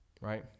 right